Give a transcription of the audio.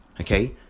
Okay